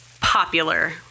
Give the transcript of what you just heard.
popular